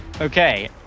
Okay